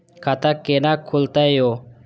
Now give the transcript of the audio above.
खाता केना खुलतै यो